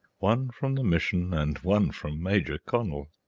one from the mission and one from major connel!